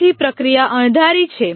તેથી પ્રક્રિયા અણધારી છે